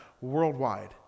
worldwide